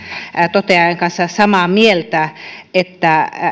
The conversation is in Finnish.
toteajan kanssa samaa mieltä että